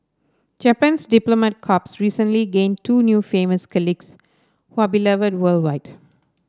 japan's diplomat corps recently gained two new famous colleagues who are beloved worldwide